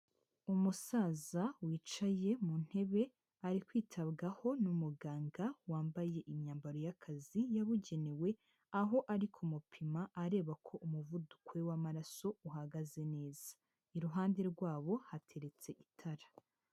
Umusaza wicaye mu ntebe ari kwitabwaho n'umuganga wambaye imyambaro y'akazi yabugenewe, aho ari kumupima areba ko umuvuduko w'amaraso uhagaze neza. Iruhande rwabo, hateretse itara.